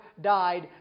died